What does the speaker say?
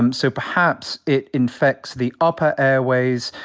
um so perhaps it infects the upper airways,